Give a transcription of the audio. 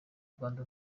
rwanda